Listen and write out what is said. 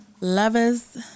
Lovers